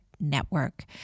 network